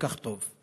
כל כך טוב.